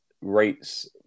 rates